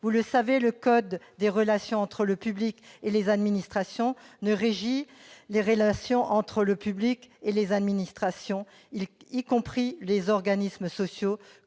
Vous le savez, le code des relations entre le public et les administrations régit les relations entre le public et les administrations, y compris les organismes sociaux,